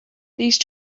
these